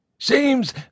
Seems